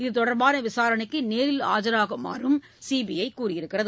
இது தொடர்பான விசாரணைக்கு நேரில் ஆஜராகுமாறு சிபிஐ கூறியுள்ளது